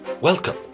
Welcome